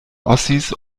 ossis